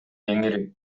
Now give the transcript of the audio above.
кеңири